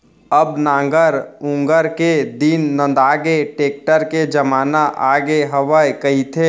अब नांगर ऊंगर के दिन नंदागे, टेक्टर के जमाना आगे हवय कहिथें